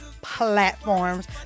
platforms